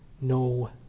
No